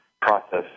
process